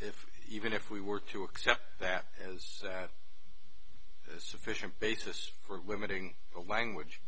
if even if we were to accept that as a sufficient basis for limiting the language